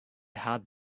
had